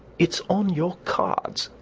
it's on your cards.